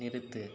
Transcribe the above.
நிறுத்து